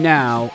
now